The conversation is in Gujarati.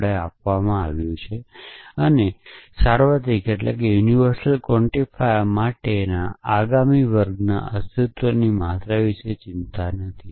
આપણે સાર્વત્રિક ક્વોન્ટિફાયર માટેના આગામી વર્ગમાં અસ્તિત્વની માત્રા વિશે ચિંતા નથી